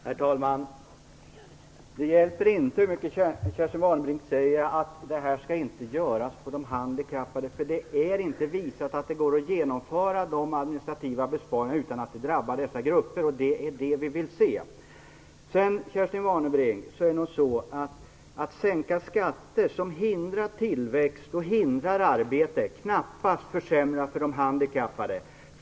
Herr talman! Det hjälper inte hur många gånger Kerstin Warnerbring säger att detta inte skall göras på de handikappades bekostnad. Det är inte visat att det går att genomföra dessa administrativa besparingar utan att det drabbar dessa grupper. Det är detta vi vill se. Sedan är det nog så, Kerstin Warnerbring, att det knappast försämrar för de handikappade om man sänker skatter som hindrar tillväxt och arbete.